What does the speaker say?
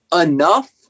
enough